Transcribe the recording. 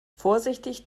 vorsichtig